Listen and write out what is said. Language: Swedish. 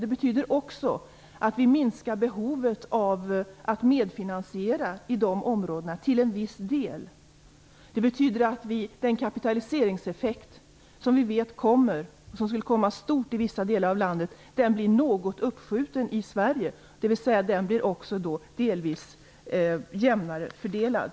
Det betyder också att vi till en viss del minskar behovet av att vara med och finansiera på dessa områden. Det betyder att den kapitaliseringseffekt som skulle bli stor i vissa delar av landet blir något uppskjuten. Den blir också något jämnare fördelad.